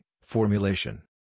formulation